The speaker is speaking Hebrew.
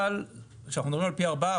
אבל כשאנחנו מדברים על פי ארבעה,